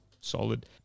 solid